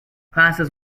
classes